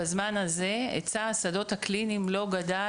בזמן הזה היצע השדות הקליניים לא גדל